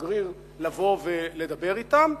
השגריר לבוא ולדבר אתם.